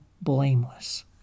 blameless